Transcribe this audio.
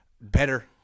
better